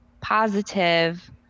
positive